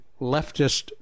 leftist